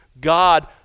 God